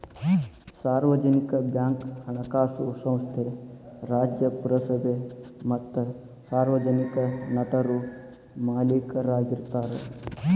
ಸಾರ್ವಜನಿಕ ಬ್ಯಾಂಕ್ ಹಣಕಾಸು ಸಂಸ್ಥೆ ರಾಜ್ಯ, ಪುರಸಭೆ ಮತ್ತ ಸಾರ್ವಜನಿಕ ನಟರು ಮಾಲೇಕರಾಗಿರ್ತಾರ